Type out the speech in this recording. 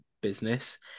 business